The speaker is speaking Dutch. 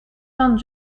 van